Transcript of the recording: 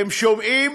אתם שומעים?